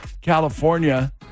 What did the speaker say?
California